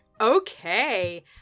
Okay